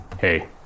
Hey